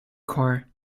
car